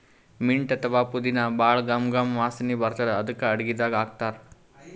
mint ಅಥವಾ ಪುದಿನಾ ಭಾಳ್ ಘಮ್ ಘಮ್ ವಾಸನಿ ಬರ್ತದ್ ಅದಕ್ಕೆ ಅಡಗಿದಾಗ್ ಹಾಕ್ತಾರ್